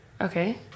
Okay